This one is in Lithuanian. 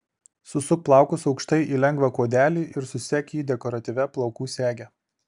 susuk plaukus aukštai į lengvą kuodelį ir susek jį dekoratyvia plaukų sege